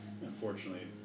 unfortunately